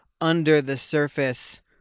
under-the-surface